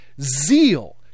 zeal